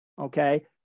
Okay